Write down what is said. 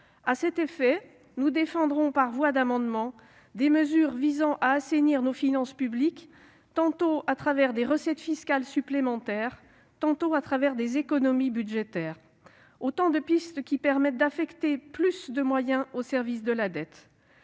À cet effet, nous défendrons par voie d'amendement des dispositions visant à assainir nos finances publiques, tantôt à travers des recettes fiscales supplémentaires tantôt à travers des mesures d'économies budgétaires, autant de pistes permettant d'affecter davantage de moyens au service de la dette.